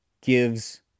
gives